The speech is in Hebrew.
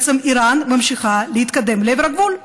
איראן ממשיכה להתקדם לעבר הגבול.